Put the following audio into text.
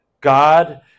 God